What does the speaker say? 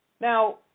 Now